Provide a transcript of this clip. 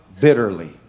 bitterly